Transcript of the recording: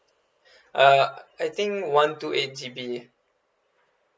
uh I think one two eight G_B